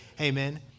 amen